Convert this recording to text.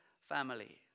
family